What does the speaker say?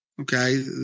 Okay